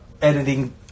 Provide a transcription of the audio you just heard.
editing